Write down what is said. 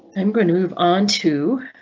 i'm going to move on to.